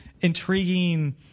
intriguing